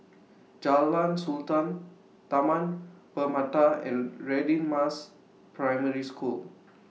Jalan Sultan Taman Permata and Radin Mas Primary School